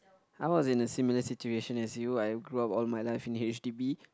I was in a similar situation as you I grew up all my life in H_D_B